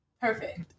perfect